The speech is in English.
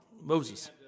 Moses